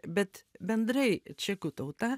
bet bendrai čekų tauta